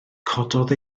cododd